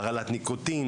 הרעלת ניקוטין,